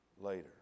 later